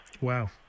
Wow